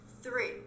Three